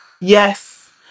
Yes